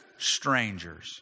strangers